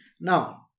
Now